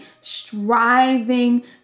striving